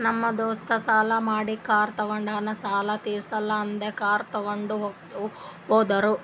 ನಮ್ ದೋಸ್ತ ಸಾಲಾ ಮಾಡಿ ಕಾರ್ ತೊಂಡಿನು ಸಾಲಾ ತಿರ್ಸಿಲ್ಲ ಅಂತ್ ಕಾರ್ ತೊಂಡಿ ಹೋದುರ್